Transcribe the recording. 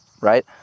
right